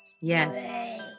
Yes